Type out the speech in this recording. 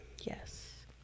Yes